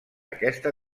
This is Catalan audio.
aquesta